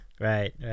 right